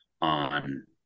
on